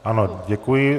Ano, děkuji.